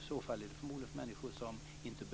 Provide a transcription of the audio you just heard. I så fall är det förmodligen för människor som inte